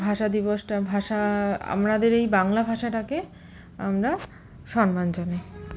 ভাষা দিবসটা ভাষা আমরাদের এই বাংলা ভাষাটাকে আমরা সম্মান জানাই